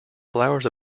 flowers